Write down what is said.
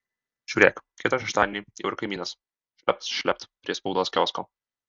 žiūrėk kitą šeštadienį jau ir kaimynas šlept šlept prie spaudos kiosko